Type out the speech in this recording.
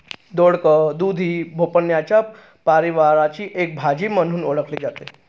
दोडक, दुधी भोपळ्याच्या परिवाराची एक भाजी म्हणून ओळखली जाते